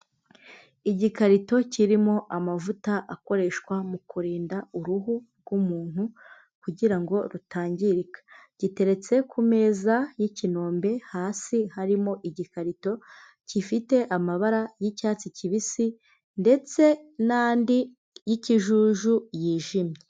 Igikarito kirimo amavuta akoreshwa mu kurinda uruhu rw'umuntu kugira ngo rutangirika, giteretse ku meza y'ikinombe hasi harimo igikarito gifite amabara y'icyatsi kibisi ndetse n'andi y'ikijuju yijimye.